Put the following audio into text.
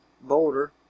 Boulder